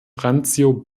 randzio